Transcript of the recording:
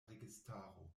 registaro